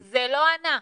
איתמר, זה לא ענה.